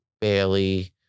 Bailey